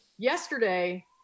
Yesterday